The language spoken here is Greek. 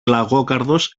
λαγόκαρδος